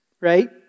right